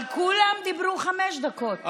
אבל כולם דיברו חמש דקות.